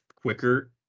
quicker